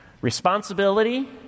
responsibility